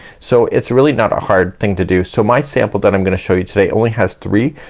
so it's really not a hard thing to do. so my sample that i'm gonna show you today only has three.